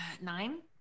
Nine